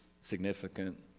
significant